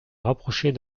rapprocher